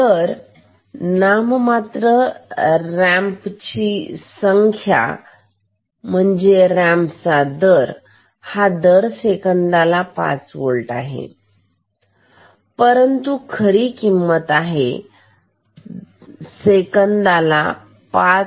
तर नाममात्र रॅम्पची संख्या रॅम्प चा दर हा दर सेकंदाला पाच होल्ट आहे परंतु खरी किंमत हे सेकंदाला 5